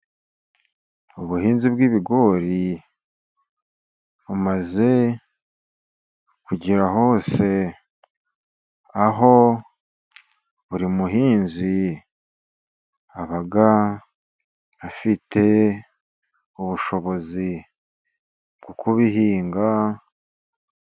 Ubuhinzi bw'ibigori bumaze kugera hose, aho buri muhinzi aba afite ubushobozi bwo kubihinga.